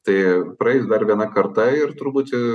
tai praeis dar viena karta ir truputį